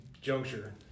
juncture